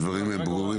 הדברים הם ברורים.